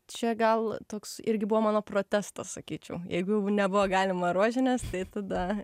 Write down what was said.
čia gal toks irgi buvo mano protestas sakyčiau jeigu nebuvo galima rožinės tai tada